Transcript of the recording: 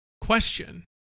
question